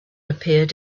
appeared